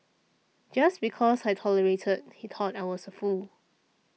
just because I tolerated he thought I was a fool